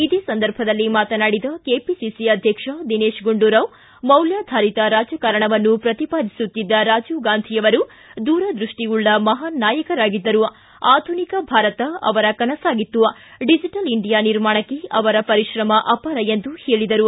ಇದೇ ಸಂದರ್ಭದಲ್ಲಿ ಮಾತನಾಡಿದ ಕೆಪಿಸಿಸಿ ಅಧ್ಯಕ್ಷ ದಿನೇತ್ ಗುಂಡೂರಾವ್ ಮೌಲ್ಯಾಧಾರಿತ ರಾಜಕಾರಣವನ್ನು ಪ್ರತಿಪಾದಿಸುತ್ತಿದ್ದ ರಾಜೀವ್ ಗಾಂಧಿ ಅವರು ದೂರದೃಷ್ಟಿ ಉಳ್ಳ ಮಹಾನ್ ನಾಯಕರಾಗಿದ್ದರು ಆಧುನಿಕ ಭಾರತ ಅವರ ಕನಸಾಗಿತ್ತು ಡಿಜೆಟಲ್ ಇಂಡಿಯಾ ನಿರ್ಮಾಣಕ್ಕೆ ಅವರ ಪರಿಶ್ರಮ ಅಪಾರ ಎಂದು ಹೇಳಿದರು